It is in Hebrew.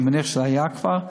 אני מניח שהיה כבר.